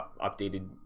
updated